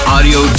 Audio